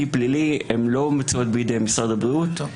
פלילי הן לא מצויות בידי משרד הבריאות.